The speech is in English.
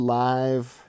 live